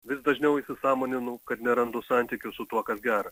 vis dažniau įsisąmoninau kad nerandu santykių su tuo kas gera